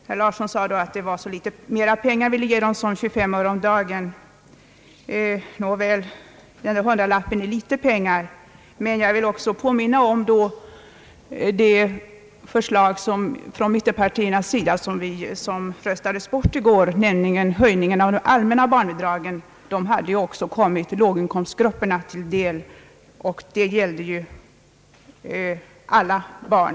Herr Larsson sade då att det var fråga om en så liten ökning som med 25 öre om dagen. Nåväl, den hundralapp som detta gör är ett litet belopp, men jag vill dock påminna om det förslag från mittenpartiernas sida som röstades bort i går och som gick ut på en höjning av det allmänna barnbidraget. En sådan höjning hade också kommit låginkomstgrupperna till del, eftersom den åsyftade alla barn.